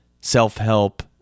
self-help